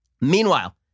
Meanwhile